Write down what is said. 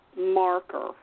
marker